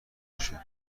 بشه